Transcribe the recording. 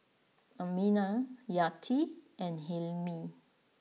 Aminah Yati and Hilmi